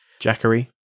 Jackery